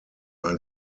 ein